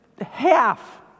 Half